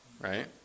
right